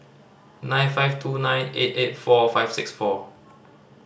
nine five two nine eight eight four five six four